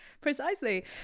Precisely